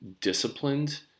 disciplined